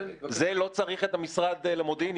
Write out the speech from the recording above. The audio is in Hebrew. לזה לא צריך את המשרד למודיעין,